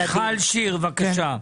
מיכל שיר, בבקשה.